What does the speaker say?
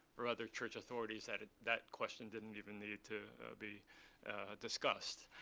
or other church authorities that that question didn't even need to be discussed.